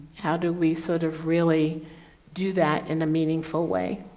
how do we sort of really do that in a meaningful way?